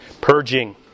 purging